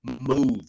move